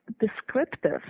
descriptive